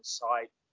site